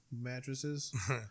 mattresses